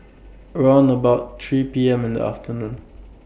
round about three P M in The afternoon